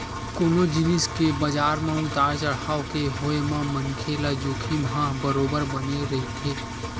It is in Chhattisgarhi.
कोनो जिनिस के बजार म उतार चड़हाव के होय म मनखे ल जोखिम ह बरोबर बने रहिथे